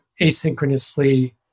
asynchronously